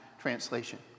Translation